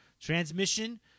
Transmission